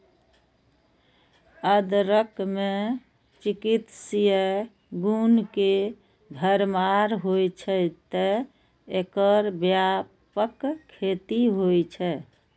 अदरक मे चिकित्सीय गुण के भरमार होइ छै, तें एकर व्यापक खेती होइ छै